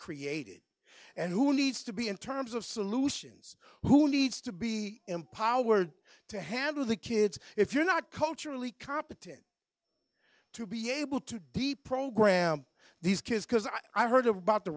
created and who needs to be in terms of solutions who needs to be empowered to handle the kids if you're not culturally competent to be able to deprogram these kids because i heard about the